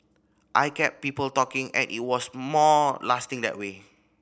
I kept people talking and it was more lasting that way